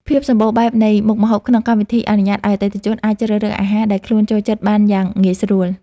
ភាពសម្បូរបែបនៃមុខម្ហូបក្នុងកម្មវិធីអនុញ្ញាតឱ្យអតិថិជនអាចជ្រើសរើសអាហារដែលខ្លួនចូលចិត្តបានយ៉ាងងាយស្រួល។